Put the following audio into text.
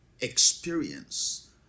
experience